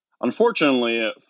Unfortunately